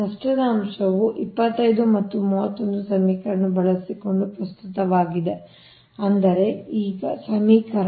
ನಷ್ಟದ ಅಂಶವು 25 ಮತ್ತು 31 ಸಮೀಕರಣವನ್ನು ಬಳಸಿಕೊಂಡು ಪ್ರಸ್ತುತವಾಗಿದೆ ಅಂದರೆ ಈ ಸಮೀಕರಣ